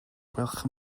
gwelwch